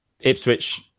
Ipswich